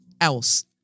else